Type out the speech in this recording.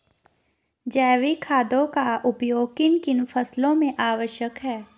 जैविक खादों का उपयोग किन किन फसलों में आवश्यक है?